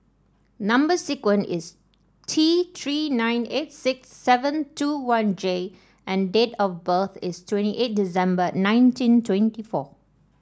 number sequence is T Three nine eight six seven two one J and date of birth is twenty eight December nineteen twenty four